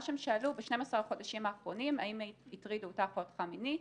מה שהם שאלו ב-12 החודשים האחרונים האם הטרידו אותך או אותך מינית,